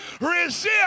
Resist